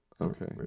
Okay